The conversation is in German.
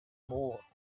moor